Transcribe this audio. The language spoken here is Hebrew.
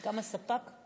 גם הספק?